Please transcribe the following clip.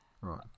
Right